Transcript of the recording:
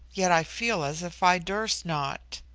yet i feel as if i durst not.